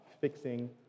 fixing